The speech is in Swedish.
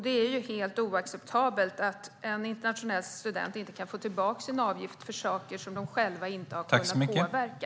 Det är helt oacceptabelt att en internationell student inte kan få tillbaka sin avgift för något som studenten själv inte har kunnat påverka.